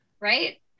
Right